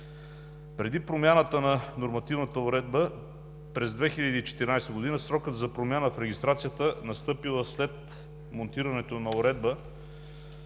Преди промяната на нормативната уредба през 2014 г. срокът за промяна в регистрацията, настъпила след монтирането на уредба